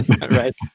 right